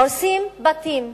הורסים בתים,